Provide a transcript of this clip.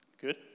Good